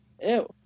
Ew